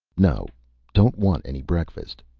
no don't want any breakfast,